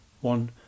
one